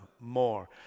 more